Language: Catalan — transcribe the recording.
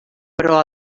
però